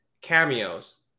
cameos